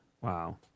Wow